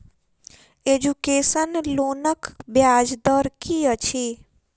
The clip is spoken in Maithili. एजुकेसन लोनक ब्याज दर की अछि?